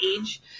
age